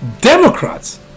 Democrats